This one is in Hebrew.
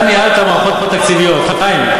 חיים,